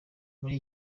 muri